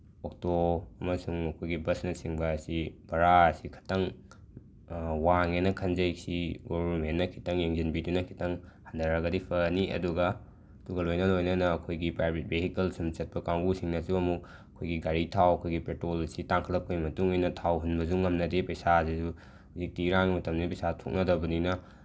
auto ꯑꯃꯁꯨꯡ ꯑꯩꯈꯣꯏꯒꯤ ꯕꯁꯅꯆꯤꯡꯕ ꯑꯁꯤ ꯚꯔꯥ ꯑꯁꯤ ꯈꯤꯇꯪ ꯋꯥꯡꯉꯦꯅ ꯈꯟꯖꯩ ꯁꯤ ꯒꯣꯕꯔꯃꯦꯟꯅ ꯈꯤꯇꯪ ꯌꯦꯡꯁꯤꯟꯕꯤꯗꯨꯅ ꯈꯤꯇꯪ ꯍꯟꯗꯔꯒꯗꯤ ꯐꯅꯤ ꯑꯗꯨꯒ ꯑꯗꯨꯒ ꯂꯣꯏꯅ ꯂꯣꯏꯅꯅ ꯑꯩꯈꯣꯏꯒꯤ ꯄ꯭ꯔꯥꯏꯚꯦꯠ ꯚꯤꯍꯤꯀꯜ ꯁꯨꯝ ꯆꯠꯄ ꯀꯥꯡꯕꯨꯁꯤꯡꯅꯁꯨ ꯑꯃꯨꯛ ꯑꯩꯈꯣꯏꯒꯤ ꯒꯥꯔꯤ ꯊꯥꯎ ꯑꯩꯈꯣꯏꯒꯤ ꯄꯦꯇ꯭ꯔꯣꯜ ꯑꯁꯤ ꯇꯥꯡꯈꯠꯂꯛꯄꯒꯤ ꯃꯇꯨꯡ ꯏꯟꯅ ꯊꯥꯎ ꯍꯨꯟꯕꯁꯨ ꯉꯝꯅꯗꯦ ꯄꯩꯁꯥꯁꯤꯁꯨ ꯍꯧꯖꯤꯛꯇꯤ ꯏꯔꯥꯡ ꯃꯇꯝꯅꯤꯅ ꯄꯩꯁꯥ ꯊꯣꯛꯅꯗꯕꯅꯤꯅ